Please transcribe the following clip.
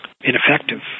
ineffective